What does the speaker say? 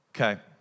Okay